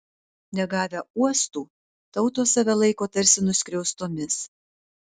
negavę uostų tautos save laiko tarsi nuskriaustomis